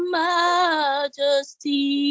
majesty